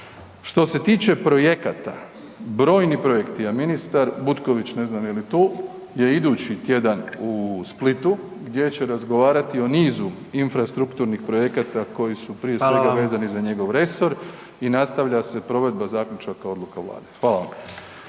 Što se tiče projekata, brojni projekti, a ministar Butković, ne znam je li tu, je idući tjedan u Splitu gdje će razgovarati o nizu infrastrukturnih projekata koji su prije svega vezani za njegov resor i nastavlja se provedba zaključaka, odluka Vlade. Hvala vam.